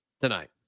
tonight